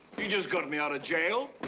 you just got me out of jail.